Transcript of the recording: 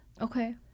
Okay